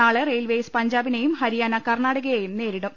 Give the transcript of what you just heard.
നാളെ റെയിൽവേസ് പഞ്ചാബിനെയും ഹരിയാന കർണാടകയെയും നേരിടും